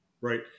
right